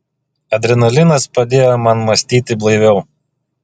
adrenalinas padėjo man mąstyti blaiviau